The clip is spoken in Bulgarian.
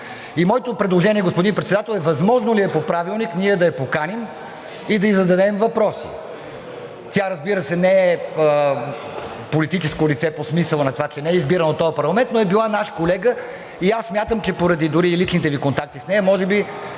Моето предложение, господин Председател, е: възможно ли е по Правилник ние да я поканим и да ѝ зададем въпроси? Тя, разбира се, не е политическо лице по смисъла на това, че не е избирана от този парламент, но е била наш колега. Смятам, че дори поради личните Ви контакти с нея, може би